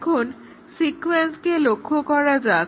এখন সিকোয়েন্সকে লক্ষ্য করা যাক